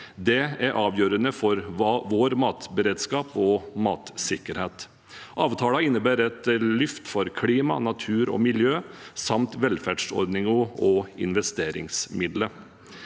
Det er avgjørende for vår matberedskap og matsikkerhet. Avtalen innebærer et løft for klima, natur og miljø samt velferdsordninger og investeringsmidler.